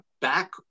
back